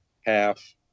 half